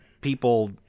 people